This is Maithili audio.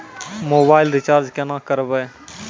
मोबाइल रिचार्ज केना करबै?